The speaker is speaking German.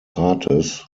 rates